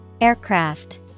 Aircraft